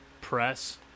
press